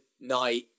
night